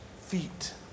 feet